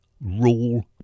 Rule